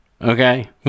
okay